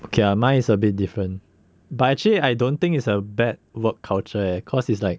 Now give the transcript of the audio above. okay mine is a bit different but actually I don't think it's a bad work culture eh cause it's like